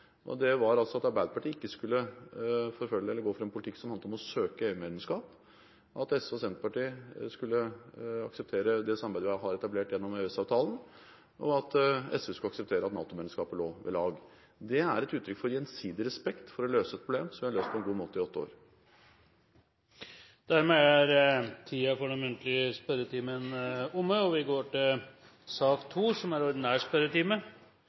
Det var at Arbeiderpartiet ikke skulle gå for en politikk som handlet om å søke EU-medlemskap, at SV og Senterpartiet skulle akseptere det samarbeidet vi har etablert gjennom EØS-avtalen, og at SV skulle akseptere at NATO-medlemskapet stod ved lag. Det er et uttrykk for gjensidig respekt for å løse et problem, som vi har løst på en god måte i åtte år. Dermed er tiden for den muntlige spørretimen omme, og vi går over til